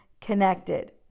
connected